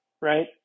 right